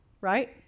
right